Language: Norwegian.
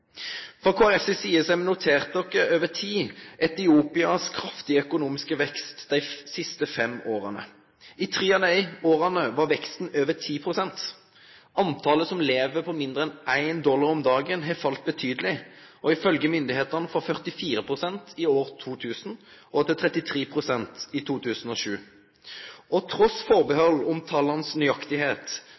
Frå Kristeleg Folkeparti si side har me notert oss Etiopias kraftige økonomiske vekst dei siste fem åra. I tre av desse åra var veksten over 10 pst. Talet som lever for mindre enn ein dollar om dagen, har falle betydeleg, ifølgje myndigheitene, frå 44 pst. i 2000 og til 33 pst. i 2007. Trass atterhald om